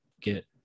get